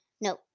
no